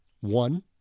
One